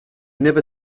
never